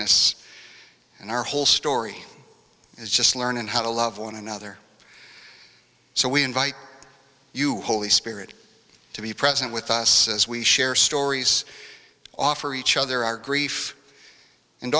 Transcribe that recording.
ess and our whole story is just learning how to love one another so we invite you hold the spirit to be present with us as we share stories offer each other our grief and